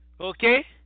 Okay